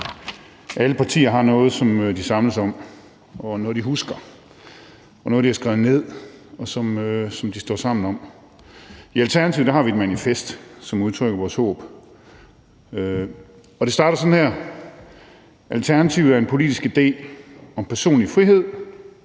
Alle partier har noget, som de samles om, noget, de husker, og noget, de har skrevet ned, og som de står sammen om. I Alternativet har vi et manifest, som udtrykker vores håb, og det starter sådan her: »ALTERNATIVET ER EN POLITISK IDÉ om personlig frihed,